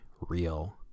real